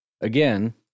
again